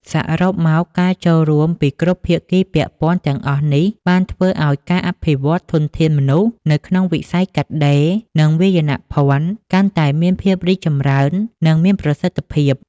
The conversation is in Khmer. សរុបមក ការចូលរួមពីគ្រប់ភាគីពាក់ព័ន្ធទាំងអស់នេះបានធ្វើឱ្យការអភិវឌ្ឍធនធានមនុស្សនៅក្នុងវិស័យកាត់ដេរ និងវាយនភណ្ឌកាន់តែមានភាពរីកចម្រើន និងមានប្រសិទ្ធភាព។